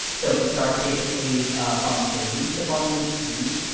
so it starts basically from your least abundant read.